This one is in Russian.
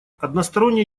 односторонние